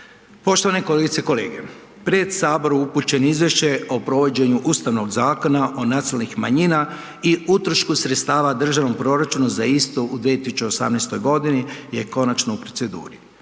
Poštovane kolegice i kolege, pred sabor upućeno izvješće o provođenju Ustavnog Zakona o nacionalnih manjina i utrošku sredstava u državnom proračunu za isto u 2018.g. je konačno u proceduri.